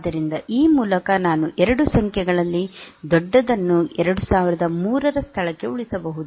ಆದ್ದರಿಂದ ಈ ಮೂಲಕ ನಾನು 2 ಸಂಖ್ಯೆಗಳಲ್ಲಿ ದೊಡ್ಡದನ್ನು 2003 ರ ಸ್ಥಳಕ್ಕೆ ಉಳಿಸಬಹುದು